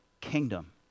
kingdom